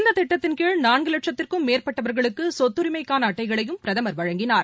இந்ததிட்டத்தின் கீழ் நான்குலட்சத்திற்கும் மேற்பட்டவர்களுக்குசொத்தரிமைக்கானஅட்டைகளையும் பிரதமர் வழங்கினார்